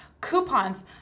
coupons